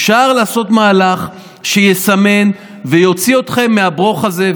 אפשר לעשות מהלך שיסמן ויוציא אתכם מהברוך הזה,